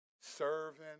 Serving